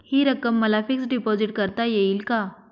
हि रक्कम मला फिक्स डिपॉझिट करता येईल का?